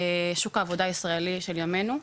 שוק העבודה הישראלי של ימינו.